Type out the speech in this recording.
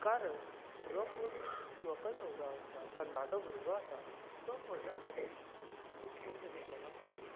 कारण जो कोणी व्हंकल न्हवरो आसा तरनाटो भुरगो आसा तो स्वता खातीर एक कोण तरी बरो पळयतलो